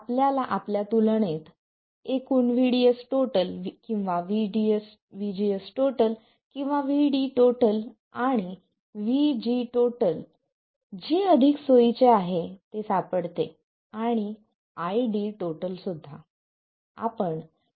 आपल्याला आपल्या तुलनेत एकूण VDS किंवा VGS किंवा VD आणि VG जे अधिक सोयीचे आहे ते सापडते आणि IDसुद्धा